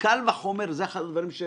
אבל במקום שאין נזק כלכלי צריך